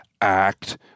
act